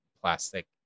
plastic